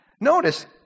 Notice